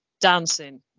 dancing